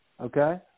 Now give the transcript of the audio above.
Okay